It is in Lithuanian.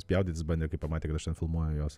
spjaudytis bandė kai pamatė kad aš ten filmuoju juos